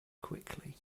quickly